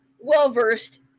well-versed